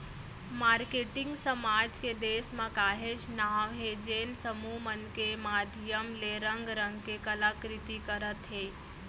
marketing समाज के देस म काहेच नांव हे जेन समूह मन के माधियम ले रंग रंग के कला कृति करत हे